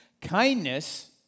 kindness